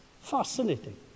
fascinating